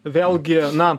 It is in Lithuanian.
vėlgi na